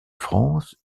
france